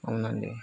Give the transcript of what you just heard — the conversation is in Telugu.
అవును అండి